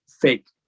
fake